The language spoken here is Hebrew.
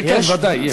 כן, כן.